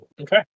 Okay